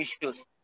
issues